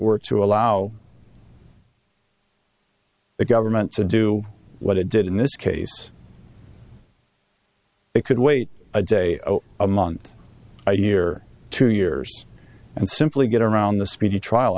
were to allow the government to do what it did in this case they could wait a day a month a year two years and simply get around the speedy trial